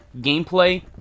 gameplay